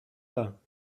pas